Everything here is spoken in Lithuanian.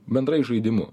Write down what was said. bendrai žaidimu